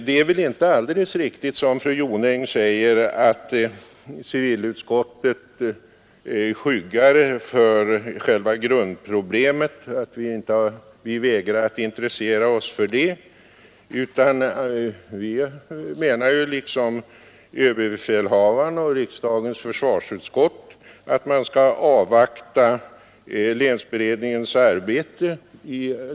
Det är väl inte alldeles riktigt som fru Jonäng säger att civilutskottet skyggar för själva grundproblemet och vägrar intressera sig för det. Vi menar liksom överbefälhavaren och riksdagens förs dessa fall skall avvakta länsberedningens arbete.